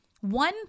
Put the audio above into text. One